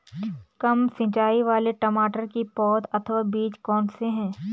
कम सिंचाई वाले टमाटर की पौध अथवा बीज कौन से हैं?